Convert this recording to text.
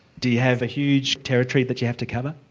do you have a huge territory that you have to cover?